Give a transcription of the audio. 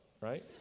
right